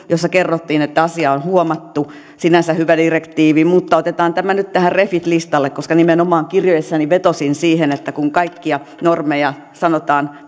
jossa kerrottiin että asia on huomattu sinänsä hyvä direktiivi mutta otetaan tämä nyt tähän refit listalle koska nimenomaan kirjeessäni vetosin siihen että kun kaikkia normeja sanotaan